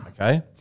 Okay